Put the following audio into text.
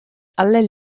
alle